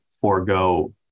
forego